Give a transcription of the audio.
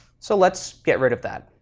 so let's get rid of that.